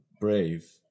brave